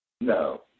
No